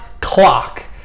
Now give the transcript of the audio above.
clock